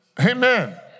Amen